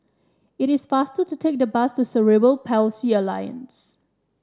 it is faster to take the bus to Cerebral Palsy Alliance